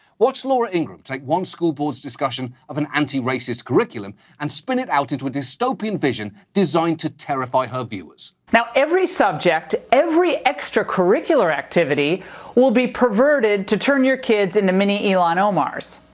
watch laura ingraham take one school board's discussion of an anti-racist curriculum, and spin it out into a dystopian vision designed to terrify her viewers. now every subject, every extra-curricular activity will be perverted to turn your kids into mini ilhan omars.